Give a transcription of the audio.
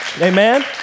Amen